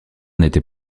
n’était